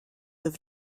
have